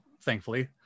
thankfully